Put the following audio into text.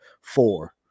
four